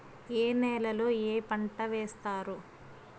ఏ నేలలో ఏ పంట వేస్తారు?